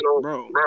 bro